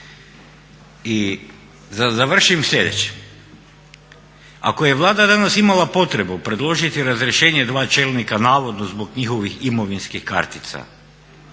da završim sljedeće. Ako je Vlada danas imala potrebu predložiti razrješenje dva čelnika navodno zbog njihovih imovinskih kartica,